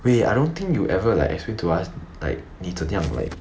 wait I don't think you ever like explain to us like 你怎样 like